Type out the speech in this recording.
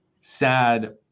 sad